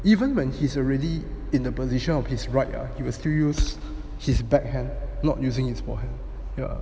even when he's already in the position of his right are he was still use his back had not using his forehand